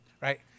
Right